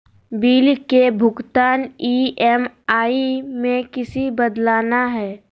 Bill के भुगतान EMI में किसी बदलना है?